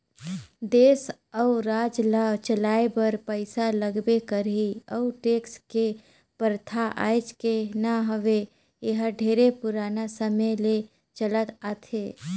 देस अउ राज ल चलाए बर पइसा लगबे करही अउ टेक्स के परथा आयज के न हवे एहर ढेरे पुराना समे ले चलत आथे